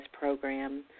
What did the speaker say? program